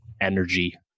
energy